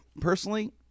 personally